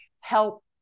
help